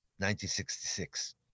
1966